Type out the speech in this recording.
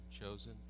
chosen